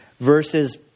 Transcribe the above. verses